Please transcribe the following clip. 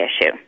issue